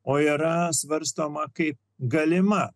o yra svarstoma kaip galima